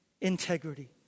Integrity